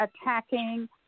attacking